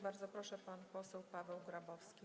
Bardzo proszę, pan poseł Paweł Grabowski.